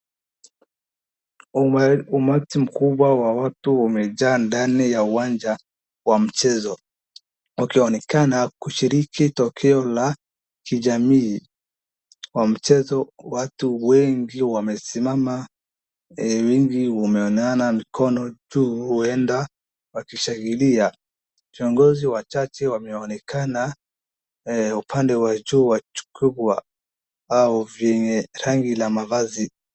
Umati mkubwa wa watu umejaa ndani ya uwanja wa mchezo kukionekana kushiriki tukio la kijamii wa mchezo watu wengi wamesimama wengi wameinua mkono juu huenda wakishangilia viongozi wachache wameonekana upande wa juu wa jukwa kubwa.